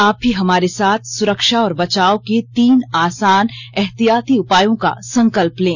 आप भी हमारे साथ सुरक्षा और बचाव के तीन आसान एहतियाती उपायों का संकल्प लें